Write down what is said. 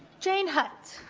jane hutt